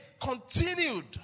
continued